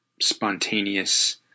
spontaneous